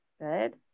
Good